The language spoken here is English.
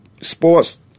sports